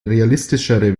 realistischere